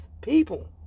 people